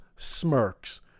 smirks